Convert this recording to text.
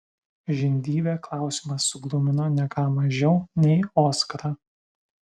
žindyvę klausimas suglumino ne ką mažiau nei oskarą